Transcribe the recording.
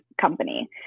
company